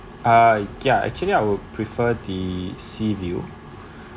uh ya actually I will prefer the sea view